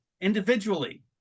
individually